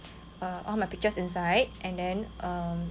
err all my pictures inside and then err